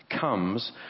Comes